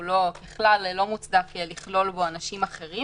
ככלל לא מוצדק לכלול בו אנשים אחרים.